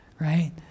right